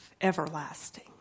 everlasting